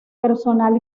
personal